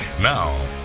Now